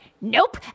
nope